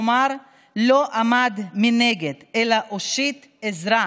כלומר לא עמד מנגד אלא הושיט עזרה,